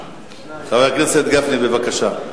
חבר הכנסת גפני, בבקשה.